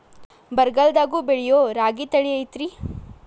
ಬರಗಾಲದಾಗೂ ಬೆಳಿಯೋ ರಾಗಿ ತಳಿ ಐತ್ರಿ?